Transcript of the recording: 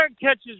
catches